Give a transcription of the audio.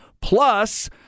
Plus